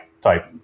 type